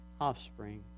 offspring